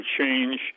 change